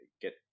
get